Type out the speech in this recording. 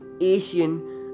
Asian